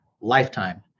lifetime